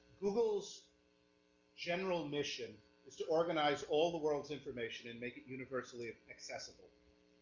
google's general mission is to organize all the world's information and make it universally ah accessible.